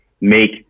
make